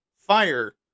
fire